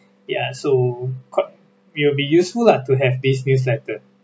ya so qui~ it will be useful lah to have this newsletter